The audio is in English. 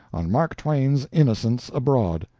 on mark twain's innocents abroad.